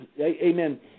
amen